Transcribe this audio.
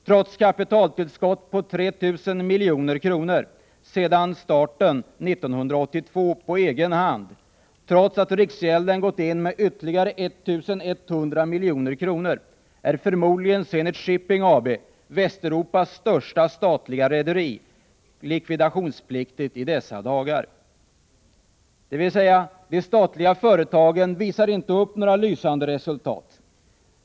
Trots kapitaltillskott på 3 000 milj.kr. sedan starten på egen hand 1982 och trots att riksgälden gått in med ytterligare 1 100 milj.kr. är förmodligen Zenit Shipping AB, Västeuropas största statliga rederi, likvida tionspliktigt i dessa dagar. Dvs. de statliga företagen visar inte upp några lysande resultat.